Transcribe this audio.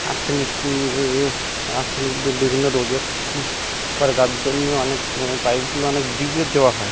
arsenic arsenic বিভিন্ন রোগের সৃষ্টি করে যার জন্য অনেক পাইপগুলো অনেক ডিপে দেওয়া হয়